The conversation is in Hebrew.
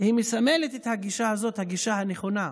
מסמלת את הגישה הזאת, הגישה הנכונה.